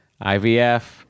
ivf